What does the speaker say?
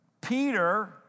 Peter